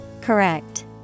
Correct